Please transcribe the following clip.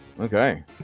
Okay